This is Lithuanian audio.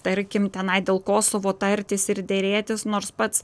tarkim tenai dėl kosovo tartis ir derėtis nors pats